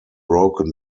broken